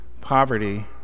poverty